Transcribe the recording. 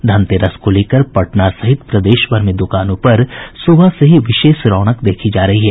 धनतेरस को लेकर पटना सहित प्रदेशभर में दुकानों पर सुबह से ही विशेष रौनक देखी जा रही है